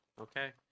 Okay